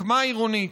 רקמה עירונית.